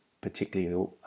particularly